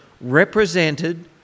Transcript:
represented